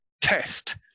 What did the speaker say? test –